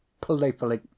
playfully